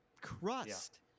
crust